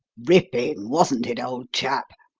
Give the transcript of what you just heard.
ripping, wasn't it, old chap?